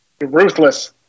Ruthless